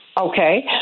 Okay